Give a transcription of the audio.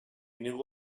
ningú